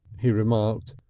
he remarked.